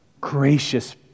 gracious